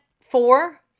four